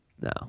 No